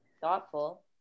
thoughtful